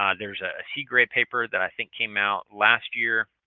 um there's a c-grade paper that i think came out last year.